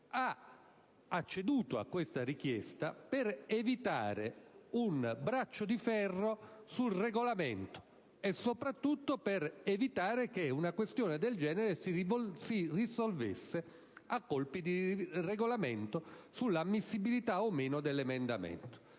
ha acceduto a questa richiesta per evitare un braccio di ferro sul Regolamento e soprattutto che una questione del genere si risolvesse a colpi di Regolamento sulla ammissibilità o meno dell'emendamento.